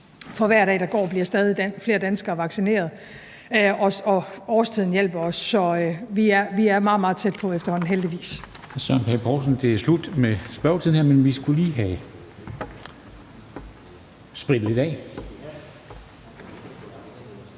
For hver dag, der går, bliver stadig flere danskere vaccineret, og årstiden hjælper os. Så vi er meget, meget tæt på efterhånden, heldigvis.